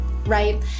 Right